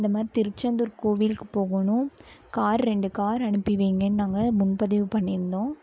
இந்தமாதிரி திருச்செந்தூர் கோவிலுக்கு போகணும் கார் ரெண்டு கார் அனுப்பி வைங்கனு நாங்கள் முன்பதிவு பண்ணியிருந்தோம்